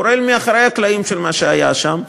כולל מאחורי הקלעים של מה שהיה שם,